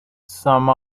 some